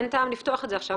אין טעם לפתוח את זה עכשיו.